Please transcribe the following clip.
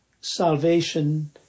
salvation